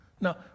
Now